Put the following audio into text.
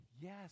yes